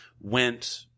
went